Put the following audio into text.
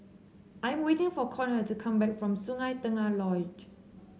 I'm waiting for Konnor to come back from Sungei Tengah Lodge